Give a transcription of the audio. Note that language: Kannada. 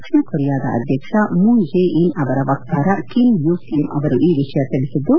ದಕ್ಷಿಣ ಕೊರಿಯಾದ ಅಧ್ಯಕ್ಷ ಮೂನ್ ಜೇ ಇನ್ ಅವರ ವಕ್ತಾರ ಕಿಮ್ ಯೂಇ ಕ್ಲೇಂ ಅವರು ಈ ವಿಷಯ ತಿಳಿಸಿದ್ದು